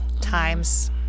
Times